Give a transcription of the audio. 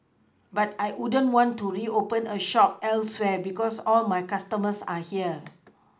but I wouldn't want to reopen a shop elsewhere because all my customers are here